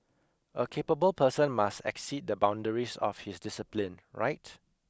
a capable person must exceed the boundaries of his discipline right